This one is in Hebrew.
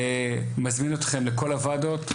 מזמין אתכם לכל הוועדות,